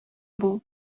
бул